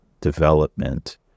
development